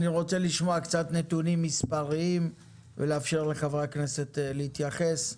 אני רוצה לשמוע קצת נתונים מספריים ולאפשר לחברי הכנסת להתייחס.